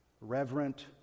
reverent